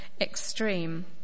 extreme